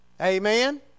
Amen